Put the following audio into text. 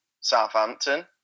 Southampton